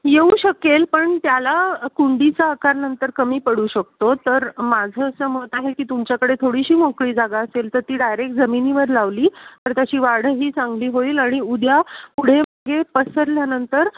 येऊ शकेल पण त्याला कुंडीचा आकार नंतर कमी पडू शकतो तर माझं असं मत आहे की तुमच्याकडे थोडीशी मोकळी जागा असेल तर ती डायरेक्ट जमिनीवर लावली तर त्याची वाढही चांगली होईल आणि उद्या पुढे मागे पसरल्यानंतर